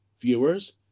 viewers